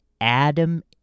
Adam